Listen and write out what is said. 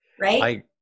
right